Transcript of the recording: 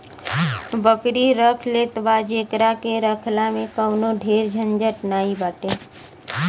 बकरी रख लेत बा जेकरा के रखला में कवनो ढेर झंझट नाइ बाटे